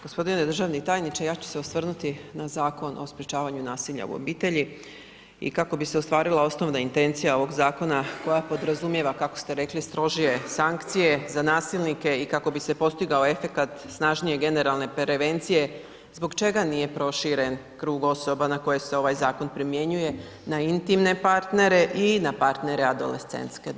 G. državni tajniče, ja ću se osvrnuti na Zakon o sprečavanju nasilja u obitelji i kako bi se ostvarila osnovna intencija ovog zakona koja podrazumijeva, kako ste rekli strože sankcije za nasilnike i kako bi se postigao efekt snažnije generalne prevencije, zbog čega nije proširen krug osoba na koje se ovaj zakon primjenjuje na intimne partnere i na partnere adolescentske dobi?